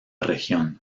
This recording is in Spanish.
región